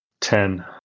Ten